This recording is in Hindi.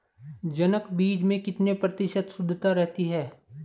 जनक बीज में कितने प्रतिशत शुद्धता रहती है?